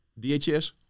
DHS